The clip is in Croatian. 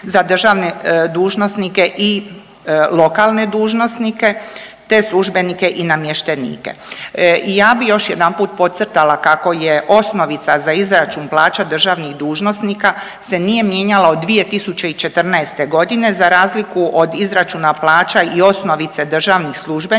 za državne dužnosnike i lokalne dužnosnike, te službenike i namještenike. I ja bi još jedanput podcrtala kako je osnovica za izračun plaća državnih dužnosnika se nije mijenjala od 2014.g. za razliku od izračuna plaća i osnovice državnih službenika